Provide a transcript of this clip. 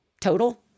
total